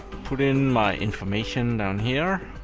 put in my information down here,